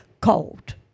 Cold